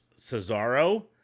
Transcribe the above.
cesaro